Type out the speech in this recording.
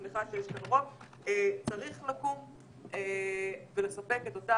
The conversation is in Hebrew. שוב, שמחה שיש כאן רוב, צריך לקום ולספק את אותה